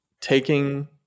taking